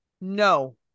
no